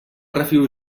refio